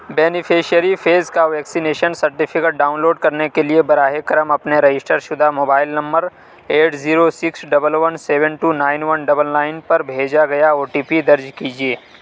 beneficiary face کا vaccination certificate download کرنے کے لیے براہ کرم اپنے رجسٹر شدہ mobile number eight zero six double one seven two nine one double nine پر بھیجا گیا او ٹی پی درج کیجیے